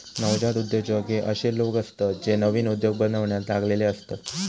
नवजात उद्योजक हे अशे लोक असतत जे नवीन उद्योग बनवण्यात लागलेले असतत